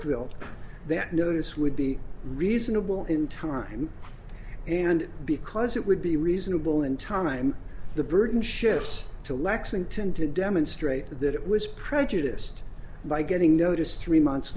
quilt that notice would be reasonable in time and because it would be reasonable in time the burden shifts to lexington to demonstrate that it was prejudiced by getting notice three months